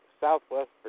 southwest